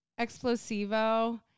Explosivo